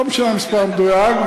לא משנה המספר המדויק,